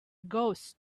ghost